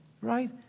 right